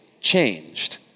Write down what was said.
changed